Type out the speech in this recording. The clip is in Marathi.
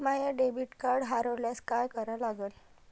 माय डेबिट कार्ड हरोल्यास काय करा लागन?